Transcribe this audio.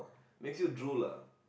makes you drool lah